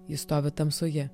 jis stovi tamsoje